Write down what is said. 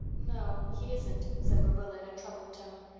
no, he isn't, said marilla in a troubled tone.